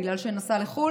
בגלל נסיעה לחוץ